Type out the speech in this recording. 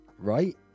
Right